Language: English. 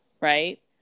right